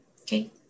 Okay